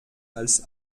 als